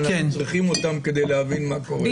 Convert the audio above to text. אבל אנחנו צריכים אותם כדי להבין מה קורה.